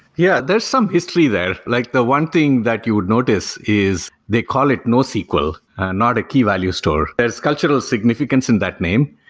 yeah, there's some history there, like the one thing that you would notice is they call it nosql not a key value store. there's cultural significance in that name,